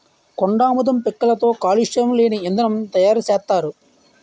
కొండాముదం పిక్కలతో కాలుష్యం లేని ఇంధనం తయారు సేత్తారు